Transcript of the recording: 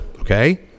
Okay